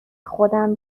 خودم